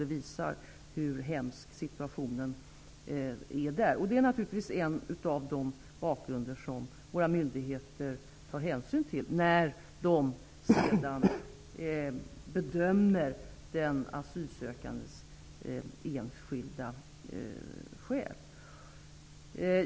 Detta visar hur hemsk situationen är där, och det är naturligtvis en av de saker som våra myndigheter tar hänsyn till när de bedömer den asylsökandes enskilda skäl.